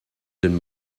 den